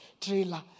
trailer